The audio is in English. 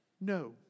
no